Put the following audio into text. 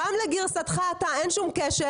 גם לגרסתך אין שום קשר,